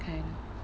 can